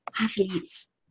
athletes